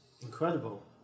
incredible